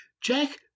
Jack